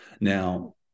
now